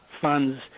funds